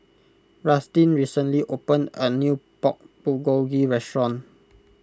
Rustin recently opened a new Pork Bulgogi restaurant